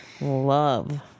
love